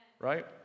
right